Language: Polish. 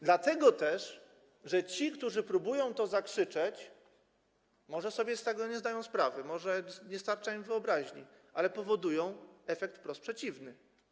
Dlatego też, że ci, którzy próbują to zakrzyczeć, może sobie z tego nie zdają sprawy, może nie starcza im wyobraźni, powodują efekt wprost przeciwny.